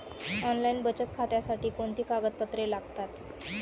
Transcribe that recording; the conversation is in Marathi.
ऑनलाईन बचत खात्यासाठी कोणती कागदपत्रे लागतात?